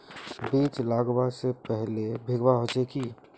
बीज लागबे से पहले भींगावे होचे की?